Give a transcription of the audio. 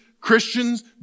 Christians